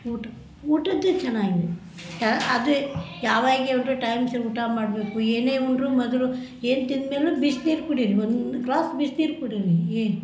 ಊಟ ಊಟದ್ದು ಚೆನ್ನಾಗಿದೆ ಅದೇ ಯಾವಾಗ ಇವರು ಟೈಮ್ ಸರಿ ಊಟ ಮಾಡಬೇಕು ಏನೇ ಉಂಡ್ರೂ ಮೊದಲು ಏನು ತಿಂದ ಮೇಲೂ ಬಿಸ್ನೀರು ಕುಡೀರಿ ಒಂದು ಗ್ಲಾಸ್ ಬಿಸ್ನೀರು ಕುಡೀರಿ ಏ